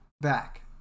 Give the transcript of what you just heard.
back